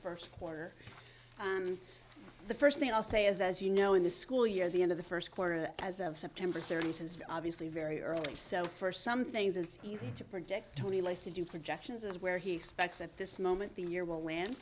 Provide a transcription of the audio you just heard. first quarter and the first thing i'll say is as you know in the school year the end of the first quarter as of september thirteenth is obviously very early so for some things it's easy to project tony likes to do projections where he expects at this moment the year w